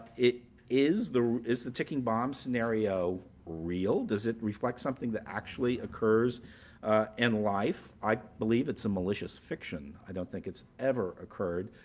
is the is the ticking bomb scenario real? does it reflect something that actually occurs in life? i believe it's a malicious fiction. i don't think it's ever occurred.